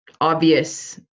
obvious